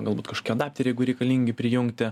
galbūt kažkie adapteriai jeigu reikalingi prijungti